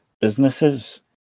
businesses